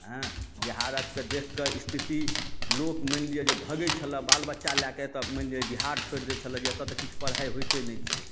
एँ बिहारक देखिके स्थिति लोक मानि लिअ जे भगैत छलै बाल बच्चा लएके तऽ मानि लिअ बिहार छोड़ि दे छलै जे एतऽ तऽ किछु पढ़ाइ होइते नहि छै